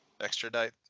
extradite